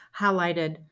highlighted